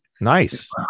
Nice